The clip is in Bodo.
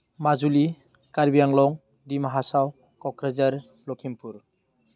माजुलि कार्बि आंलं डिमा हासाव क'क्राझार लक्षिमपुर